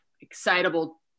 excitable